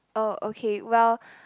oh okay well